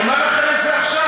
אני אומר לכם את זה עכשיו.